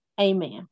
Amen